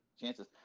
chances